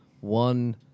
one